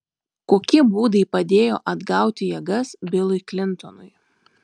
kokie būdai padėjo atgauti jėgas bilui klintonui